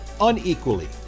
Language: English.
unequally